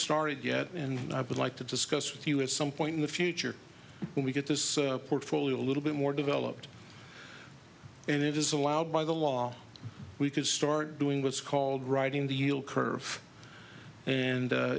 started yet and i would like to discuss with you at some point in the future when we get this portfolio a little bit more developed and it is allowed by the law we could start doing what's called riding the yield curve and